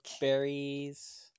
Berries